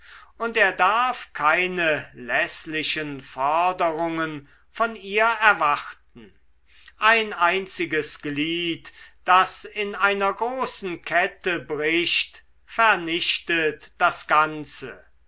und er darf keine läßlichen forderungen von ihr erwarten ein einziges glied das in einer großen kette bricht vernichtet das ganze